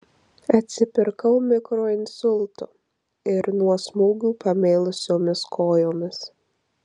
atsipirkau mikroinsultu ir nuo smūgių pamėlusiomis kojomis